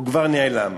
הוא כבר נעלם.